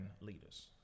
leaders